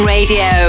Radio